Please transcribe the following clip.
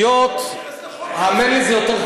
האמן לי,